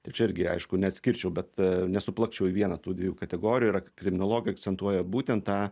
tai čia irgi aišku neatskirčiau bet nesuplakčiau į vieną tų dviejų kategorijų yra kriminologai akcentuoja būtent tą